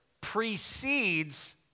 precedes